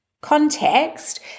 context